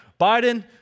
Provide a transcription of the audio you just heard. Biden